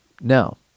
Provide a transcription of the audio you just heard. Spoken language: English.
Now